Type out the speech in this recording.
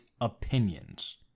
opinions